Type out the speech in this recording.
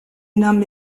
nahm